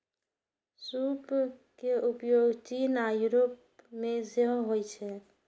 सूप के उपयोग चीन आ यूरोप मे सेहो होइ छै